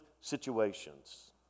situations